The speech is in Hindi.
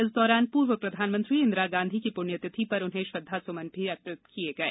इस दौरान पूर्व प्रधानमंत्री इंदिरागांधी की पुण्यतिथि पर उन्हें श्रद्वासुमन अर्पित किये गये